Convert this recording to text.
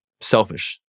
Selfish